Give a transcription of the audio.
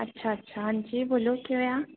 अच्छा अच्छा हां जी बोलो केह् होएआ